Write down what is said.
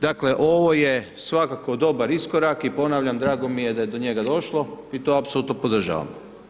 Dakle, ovo je svakako dobar iskorak i ponavljam, drago mi je da je do njega došlo i to apsolutno podržavam.